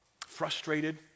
Frustrated